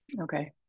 Okay